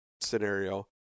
scenario